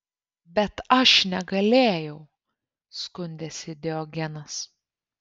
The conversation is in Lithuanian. bet aš negalėjau skundėsi diogenas